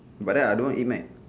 but then I don't eat Mac